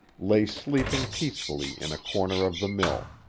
lay sleeping peacefully in a corner of the mill,